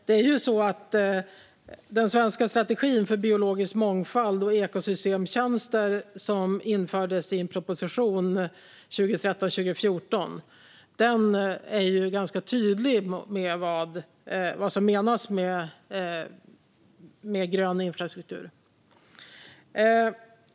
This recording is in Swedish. Det är ju så att den svenska strategin för biologisk mångfald och ekosystemtjänster som infördes i en proposition 2013/14 är ganska tydlig med vad som menas med grön infrastruktur.